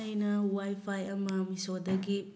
ꯑꯩꯅ wifi ꯑꯃ ꯃꯤꯁꯣꯗꯒꯤ